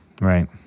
Right